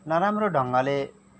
नराम्रो ढङ्गले